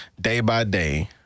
day-by-day